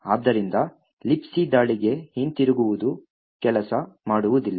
ಆದ್ದರಿಂದ Libc ದಾಳಿಗೆ ಹಿಂತಿರುಗುವುದು ಕೆಲಸ ಮಾಡುವುದಿಲ್ಲ